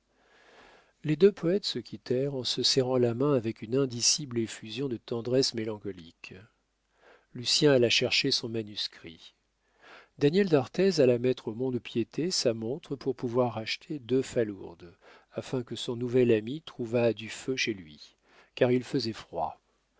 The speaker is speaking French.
les deux poètes se quittèrent en se serrant la main avec une indicible effusion de tendresse mélancolique lucien alla chercher son manuscrit daniel d'arthez alla mettre au mont-de-piété sa montre pour pouvoir acheter deux falourdes afin que son nouvel ami trouvât du feu chez lui car il faisait froid